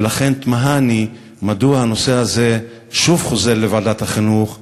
ולכן תמהני מדוע הנושא הזה שוב חוזר לוועדת החינוך,